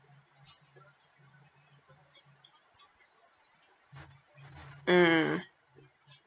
mm